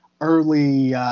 early –